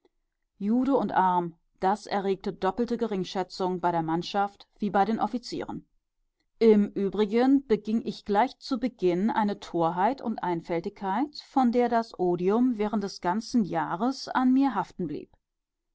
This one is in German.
jude und arm das erregte doppelte geringschätzung bei der mannschaft wie bei den offizieren im übrigen beging ich gleich zu beginn eine torheit und einfältigkeit von der das odium während des ganzen jahres an mir haften blieb